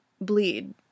bleed